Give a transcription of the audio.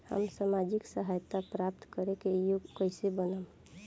हम सामाजिक सहायता प्राप्त करे के योग्य कइसे बनब?